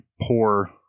poor